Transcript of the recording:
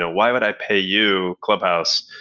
ah why would i pay you, clubhouse,